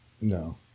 No